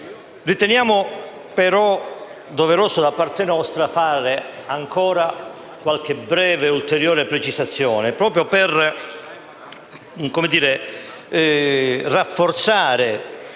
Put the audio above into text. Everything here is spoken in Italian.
Riteniamo, però, doveroso da parte nostra fare ancora qualche breve e ulteriore precisazione proprio per rafforzare